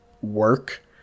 work